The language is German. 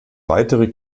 weitere